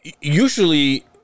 usually